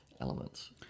elements